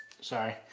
sorry